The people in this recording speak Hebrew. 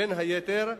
בין היתר,